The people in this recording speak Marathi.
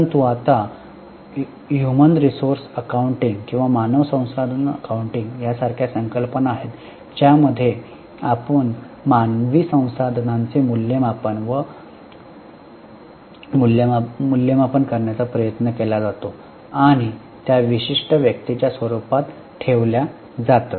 परंतु आता एचआरए किंवा मानव संसाधन अकाउंटिंग यासारख्या संकल्पना आहेत ज्यामध्ये मानवी संसाधनांचे मूल्यमापन करण्याचा प्रयत्न केला जातो आणि त्या विशिष्ट व्यक्तीच्या स्वरूपात ठेवल्या जातात